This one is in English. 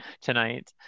tonight